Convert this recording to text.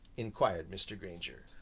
inquired mr. grainger.